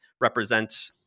represent